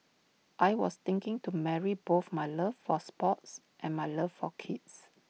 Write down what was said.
I was thinking to marry both my love for sports and my love for kids